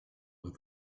with